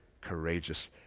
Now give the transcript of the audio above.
courageous